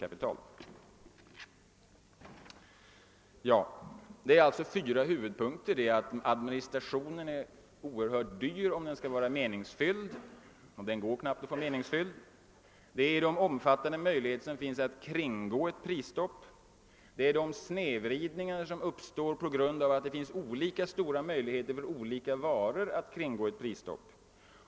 Jag har alltså angivit fyra huvudpunkter i min kritik. Administrationen blir oerhört dyr, om den skall vara meningsfylld — och det är ändå knappast möjligt att uppnå detta mål. Det finns omfattande möjligheter att kringgå ett prisstopp. Det uppstår snedvrid ningar på grund av att det för olika varor finns olika stora möjligheter att kringgå ett prisstopp.